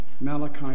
malachi